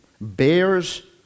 bears